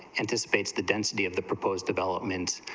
and dispense the density of the proposed developments